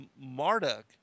Marduk